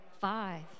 five